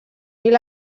mil